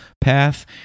path